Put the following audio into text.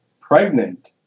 pregnant